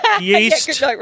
Yeast